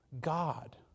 God